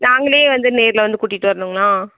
நாங்களே வந்து நேரில் வந்து கூட்டிகிட்டு வரணுங்களா